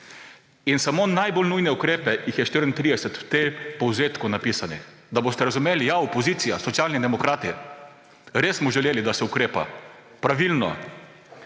In samo najbolj nujne ukrepe, jih je 34 v tem povzetku napisanih, da boste razumeli – ja, opozicija, Socialni demokrati, res smo želeli, da se ukrepa pravilno.